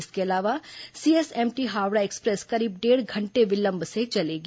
इसके अलावा CSMT Howrah express करीब डेढ़ घंटे विलंब से चलेगी